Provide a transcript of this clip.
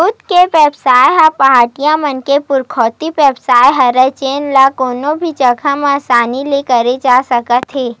दूद के बेवसाय ह पहाटिया मन के पुरखौती बेवसाय हरय जेन ल कोनो भी जघा म असानी ले करे जा सकत हे